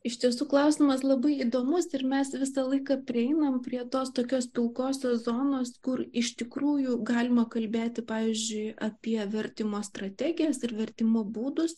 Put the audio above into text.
iš tiesų klausimas labai įdomus ir mes visą laiką prieinam prie tos tokios pilkosios zonos kur iš tikrųjų galima kalbėti pavyzdžiui apie vertimo strategijas ir vertimo būdus